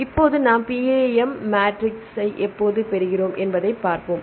இப்போது நாம் PAM மேட்ரிக்ஸை எவ்வாறு பெறுகிறோம் என்பதைப் பார்ப்போம்